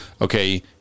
Okay